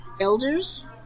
elders